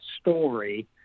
story